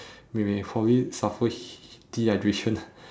we may probably suffer hea~ dehydration